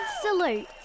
Salute